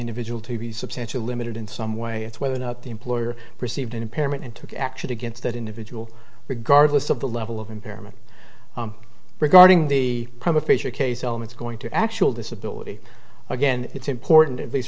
individual to be substantial limited in some way it's whether or not the employer perceived an impairment and took action against that individual regardless of the level of impairment regarding the prime of face or case elements going to actual disability again it's important at least